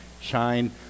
shine